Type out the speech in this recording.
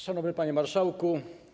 Szanowny Panie Marszałku!